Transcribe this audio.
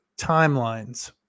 Timelines